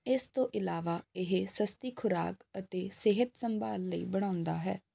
ਇਸ ਤੋਂ ਇਲਾਵਾ ਇਹ ਸਸਤੀ ਖ਼ੁਰਾਕ ਅਤੇ ਸਿਹਤ ਸੰਭਾਲ ਲਈ ਬਣਾਉਂਦਾ ਹੈ